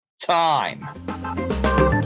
time